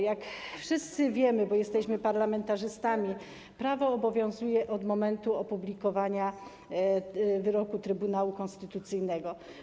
Jak wszyscy wiemy, bo jesteśmy parlamentarzystami, prawo obowiązuje od momentu opublikowania wyroku Trybunału Konstytucyjnego.